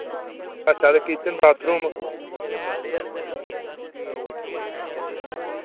अच्छा ते kitchen bathroom